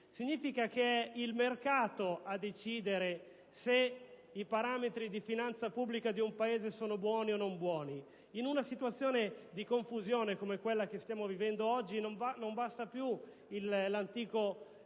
Significa che è il mercato a decidere se i parametri di finanza pubblica di un Paese sono buoni o meno. In una situazione di confusione, come quella che stiamo vivendo oggi, non basta più l'antico principio